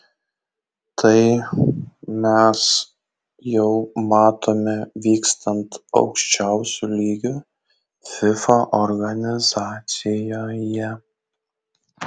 tai mes jau matome vykstant aukščiausiu lygiu fifa organizacijoje